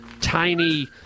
tiny